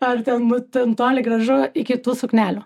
ar ten nu ten toli gražu iki tų suknelių